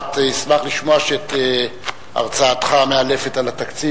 אתה תשמח לשמוע שאת הרצאתך המאלפת על התקציב